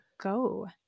go